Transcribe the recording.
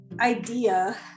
idea